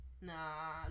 Nah